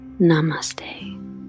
Namaste